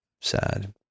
sad